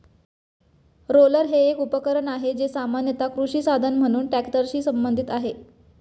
roller हे एक उपकरण आहे, जे सामान्यत कृषी साधन म्हणून ट्रॅक्टरशी संबंधित आहे